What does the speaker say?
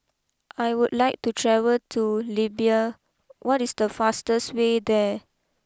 I would like to travel to Libya what is the fastest way there